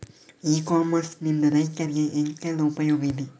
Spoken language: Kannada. ಇ ಕಾಮರ್ಸ್ ನಿಂದ ರೈತರಿಗೆ ಎಂತೆಲ್ಲ ಉಪಯೋಗ ಇದೆ?